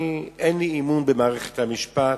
אין לי אמון במערכת המשפט,